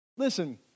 Listen